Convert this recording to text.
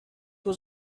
was